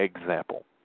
example